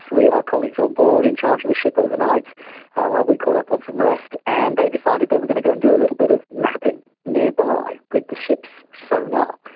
our colleagues, on board in charge of the ship overnight while we caught up on some rest. and they decided they were going to go and do a little bit of mapping nearby, with the ship's sonar.